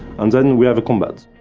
and then we have combat.